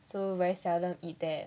so very seldom eat that